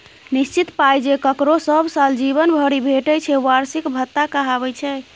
निश्चित पाइ जे ककरो सब साल जीबन भरि भेटय छै बार्षिक भत्ता कहाबै छै